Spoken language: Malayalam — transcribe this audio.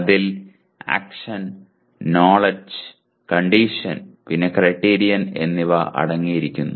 അതിൽ ആക്ഷൻ നോലെഡ്ജ് കണ്ടീഷൻ പിന്നെ ക്രൈറ്റീരിയൻ എന്നിവ അടങ്ങിയിരിക്കുന്നു